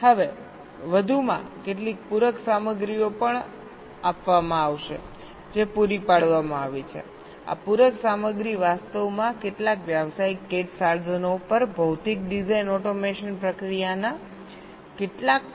હવે વધુમાં કેટલીક પૂરક સામગ્રીઓ પણ આપવામાં આવશે જે પૂરી પાડવામાં આવી છેઆ પૂરક સામગ્રી વાસ્તવમાં કેટલાક વ્યાવસાયિક CAD સાધનો પર ભૌતિક ડિઝાઇન ઓટોમેશન પ્રક્રિયાના કેટલાક પ્રદર્શન પ્રદાન કરે છે